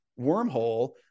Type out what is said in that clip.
wormhole